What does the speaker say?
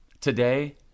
today